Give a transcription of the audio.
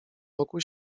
wokół